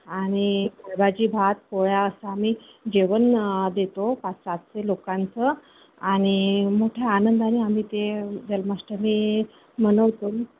आणि भाजी भात पोळ्या असं आम्ही जेवण देतो पाच सातशे लोकांचं आणि मोठ्या आनंदाने आम्ही ते जन्माष्टमी मनवतो